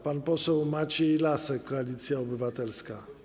Pan poseł Maciej Lasek, Koalicja Obywatelska.